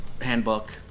handbook